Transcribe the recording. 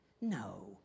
No